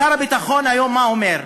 שר הביטחון היום, מה הוא אומר?